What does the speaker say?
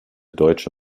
deutsche